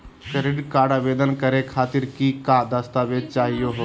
Credit card आवेदन करे खातीर कि क दस्तावेज चाहीयो हो?